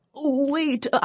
wait